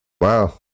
Wow